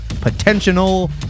potential